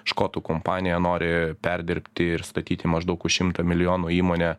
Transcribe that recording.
škotų kompanija nori perdirbti ir statyti maždaug už šimtą milijonų įmonę